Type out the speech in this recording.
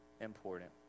important